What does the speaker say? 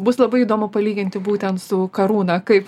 bus labai įdomu palyginti būtent su karūna kaip